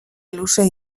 luze